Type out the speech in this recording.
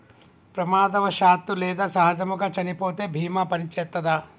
ప్రమాదవశాత్తు లేదా సహజముగా చనిపోతే బీమా పనిచేత్తదా?